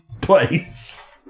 place